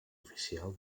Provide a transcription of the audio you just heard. oficial